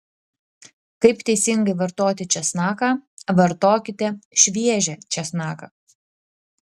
kaip teisingai vartoti česnaką vartokite šviežią česnaką